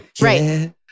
Right